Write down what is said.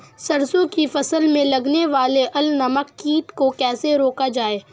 सरसों की फसल में लगने वाले अल नामक कीट को कैसे रोका जाए?